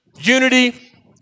unity